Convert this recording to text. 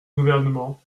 gouvernement